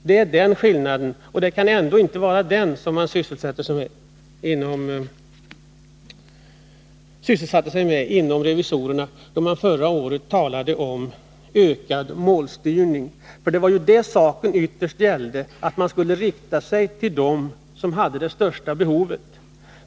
Det är den skillnaden. Vad saken ytterst gällde var att man skulle rikta sig mot dem som hade det största behovet.